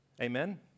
Amen